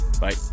bye